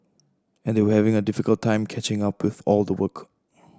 and they were having a difficult time catching up with all the work